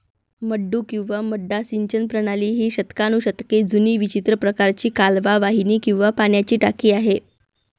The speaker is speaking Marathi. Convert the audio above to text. मड्डू किंवा मड्डा सिंचन प्रणाली ही शतकानुशतके जुनी विचित्र प्रकारची कालवा वाहिनी किंवा पाण्याची टाकी आहे